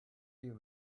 you